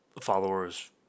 followers